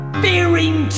fearing